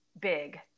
big